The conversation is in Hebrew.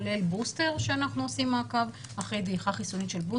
כולל בוסטר שאנחנו עושים מעקב אחרי דעיכה חיסונית שלו,